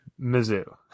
Mizzou